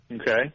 Okay